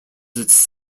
its